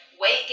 weight